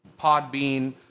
Podbean